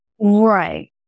Right